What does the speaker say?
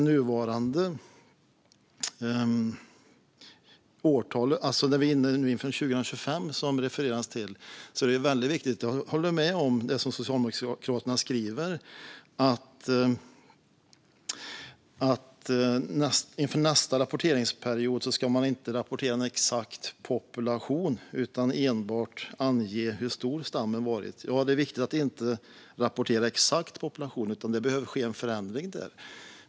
Inför 2025, som det refereras till, är det väldigt viktigt - jag håller med om det som Socialdemokraterna skriver - att man inför nästa rapporteringsperiod inte ska rapportera en exakt population utan enbart ange hur stor stammen varit. Det är viktigt att inte rapportera en exakt population, utan det behöver ske en förändring där.